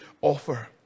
offer